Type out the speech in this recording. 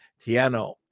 Tiano